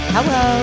Hello